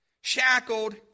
shackled